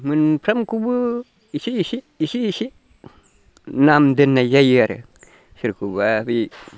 मोनफ्रामखौबो एसे एसे एसे एसे नाम दोननाय जायो आरो सोरखौबा बे